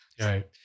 Right